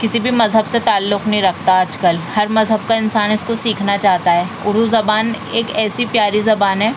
کسی بھی مذہب سے تعلق نہیں رکھتا آج کل ہر مذہب کا انسان اس کو سیکھنا چاہتا ہے اردو زبان ایک ایسی پیاری زبان ہے